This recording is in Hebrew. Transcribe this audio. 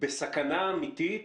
בסכנה אמיתית